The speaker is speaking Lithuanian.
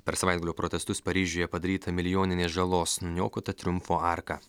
per savaitgalio protestus paryžiuje padarytą milijoninės žalos nuniokota triumfo arka